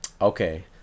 Okay